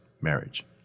marriage